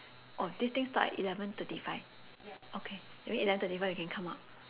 oh this thing stop at eleven thirty five okay that mean eleven thirty five we can come out